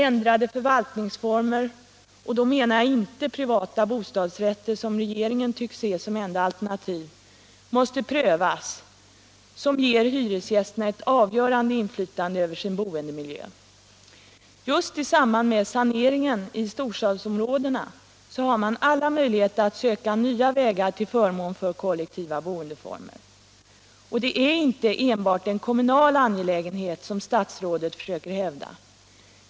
Ändrade förvaltningsformer — och då menar jag inte privata bostadsrätter, som regeringen tycks se som enda alternativ — måste prövas som ger hyresgästerna ett avgörande inflytande över sin boendemiljö. Just i samband med saneringen i storstadsområdena har man alla möjligheter att söka nya vägar till förmån för kollektiva boendeformer. Och det är inte enbart den kommunala angelägenhet som statsrådet försöker hävda.